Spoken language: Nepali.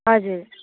हजुर